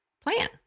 plan